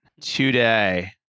today